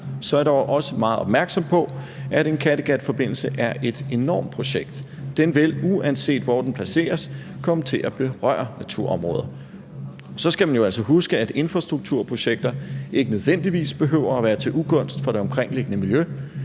er jeg dog også meget opmærksom på, at en Kattegatforbindelse er et enormt projekt. Den vil, uanset hvor den placeres, komme til at berøre naturområder. Men så skal man jo altså huske, at infrastrukturprojekter ikke nødvendigvis behøver at være til ugunst for det omkringliggende miljø.